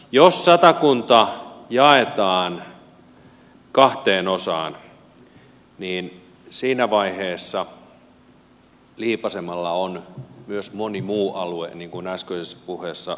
jos satakunta jaetaan kahteen osaan niin siinä vaiheessa liipaisimella on myös moni muu alue niin kuin äskeisessä puheessa sanoin